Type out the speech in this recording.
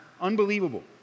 Unbelievable